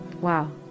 Wow